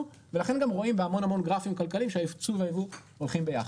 ולכן גם רואים בהמון המון גרפים כלכליים שהיצוא והיבוא הולכים ביחד.